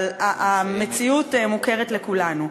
הרי המציאות מוכרת לכולנו.